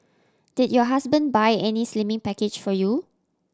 did your husband buy any slimming package for you